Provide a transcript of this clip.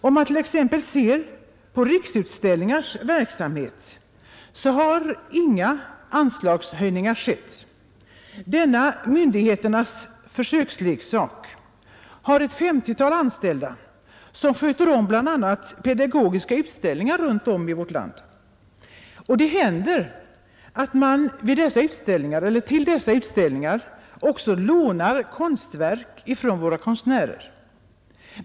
Om man t.ex. ser på Riksutställningars verksamhet så finner man att inga anslagshöjningar skett. Denna myndigheternas ”försöksleksak” har ett femtiotal anställda som sköter bl.a. pedagogiska utställningar runt om i landet. Det händer att man till dessa utställningar också lånar konstverk från våra konstnärer.